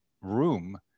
room